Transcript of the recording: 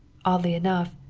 oddly enough,